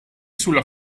sulla